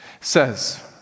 says